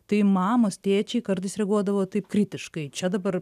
tai mamos tėčiai kartais reaguodavo taip kritiškai čia dabar